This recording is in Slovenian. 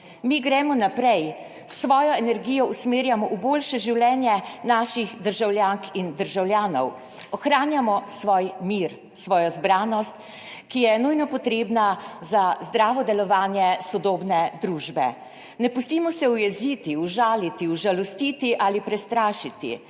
Mi gremo naprej. Svojo energijo usmerjamo v boljše življenje naših državljank in državljanov, Ohranjamo svoj mir, svojo zbranost, ki je nujno potrebna za zdravo delovanje sodobne družbe. Ne pustimo se ujeziti, užaliti, užalostiti ali prestrašiti.